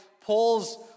Paul's